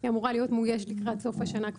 היא אמורה להיות מוגשת לאישור השרים לקראת סוף השנה.